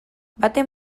baten